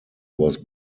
was